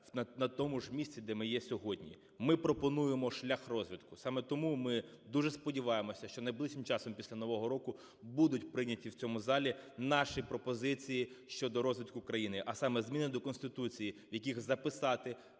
на тому ж місці, де ми є сьогодні. Ми пропонуємо шлях розвитку. Саме тому ми дуже сподіваємося, що найближчим часом, після Нового року, будуть прийняті в цьому залі наші пропозиції щодо розвитку країни, а саме зміни до Конституції, в яких записати,